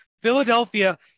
philadelphia